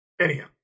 Anyhow